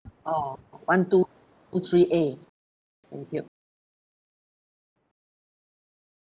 oh one two three A thank you